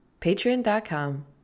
patreon.com